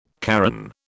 Karen